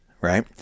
right